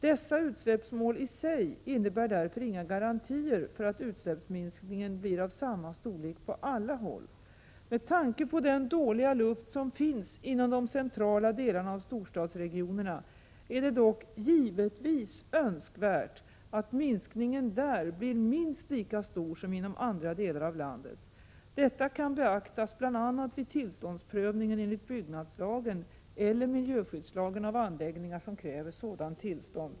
Dessa utsläppsmål i sig innebär därför inga garantier för att utsläppsminskningen blir av samma storlek på alla håll. Med tanke på den dåliga luft som finns inom de centrala delarna av storstadsregionerna är det dock givetvis önskvärt att minskningen där blir minst lika stor som inom andra delar av landet. Detta kan beaktas bl.a. vid tillståndsprövningen enligt byggnadslagen eller miljöskyddslagen av anläggningar som kräver sådant tillstånd.